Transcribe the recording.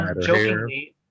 jokingly